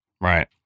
Right